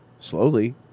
Slowly